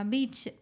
Beach